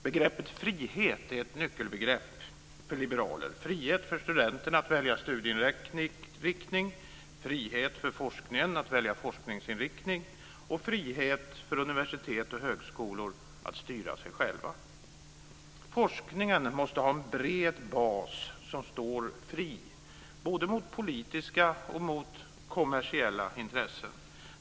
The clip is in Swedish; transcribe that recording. Begreppet frihet är ett nyckelbegrepp för liberaler, frihet för studenterna att välja studieinriktning, frihet för forskningen att välja inriktning och frihet för universitet och högskolor att styra sig själva. Forskningen måste ha en bred bas som står fri både mot politiska och mot kommersiella intressen.